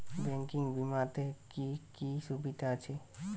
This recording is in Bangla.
ব্যাঙ্কিং বিমাতে কি কি সুবিধা আছে?